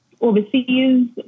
overseas